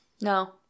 no